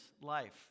life